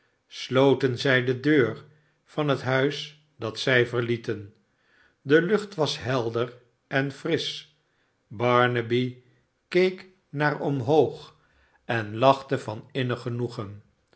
sloten zij de deur van het huis dat zij verlieten de lucht was helder en frisch barnaby keek naar omhoog en lachte van innig genoegen